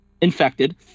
infected